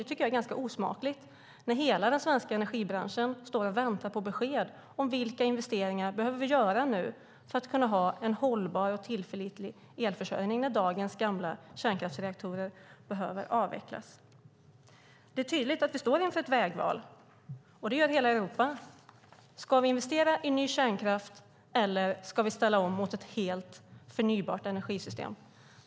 Det tycker jag är ganska osmakligt när hela den svenska energibranschen väntar på besked om vilka investeringar vi behöver göra för att kunna ha en hållbar och tillförlitlig elförsörjning när dagens gamla kärnkraftsreaktorer behöver avvecklas. Det är tydligt att vi står inför ett vägval, och det gör hela Europa. Ska vi investera i ny kärnkraft, eller ska vi ställa om mot ett energisystem med bara förnybart?